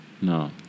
No